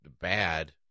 bad